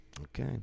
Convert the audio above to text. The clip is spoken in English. Okay